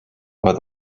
where